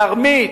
כרמית,